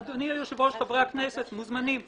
אדוני היושב-ראש, חברי הכנסת, מוזמנים.